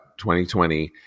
2020